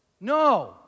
No